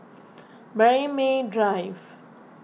Braemar Drive